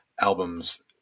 albums